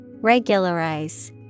Regularize